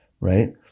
right